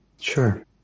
Sure